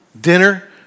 dinner